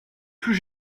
plus